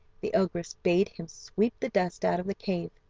the ogress bade him sweep the dust out of the cave,